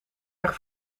erg